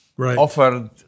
offered